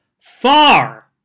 far